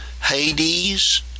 Hades